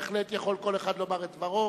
בהחלט יכול כל אחד לומר את דברו.